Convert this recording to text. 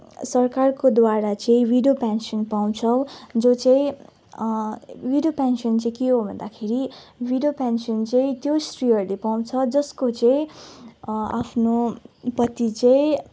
सरकारकोद्वारा चाहिँ widow pension पाउँछौँ जो चाहिँ विडो पेन्सन चाहिँ के हो भन्दाखेरि विडो पेन्सन चाहिँ त्यो स्त्रीहरूले पाउँछ जसको चाहिँ आफ्नो पति चाहिँ